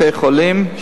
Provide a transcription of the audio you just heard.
בתי-חולים,